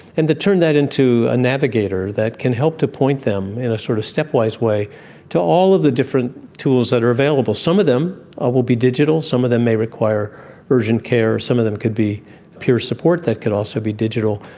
and to turn that into a navigator that can help to point them in a sort of stepwise way to all the different tools that are available. some of them ah will be digital, some of them may require urgent care, some of them could be peer support that could also be digital.